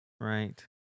right